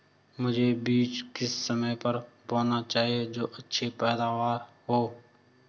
मुझे बीज किस समय पर बोना चाहिए जो अच्छी पैदावार हो?